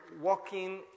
walking